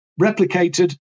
replicated